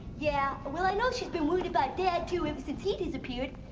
yeah, but well i know she's been worried about dad too ever since he disappeared.